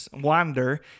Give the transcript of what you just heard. wander